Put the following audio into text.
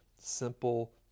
simple